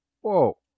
Whoa